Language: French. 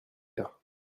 cas